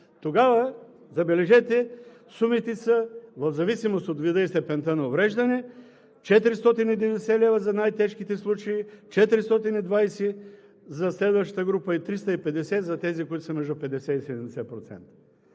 тогава – забележете – сумите са в зависимост от вида и степента на увреждане 490 лв. за най-тежките случаи, 420 лв. за следващата група, и 350 за тези, които са между 50 и 70%.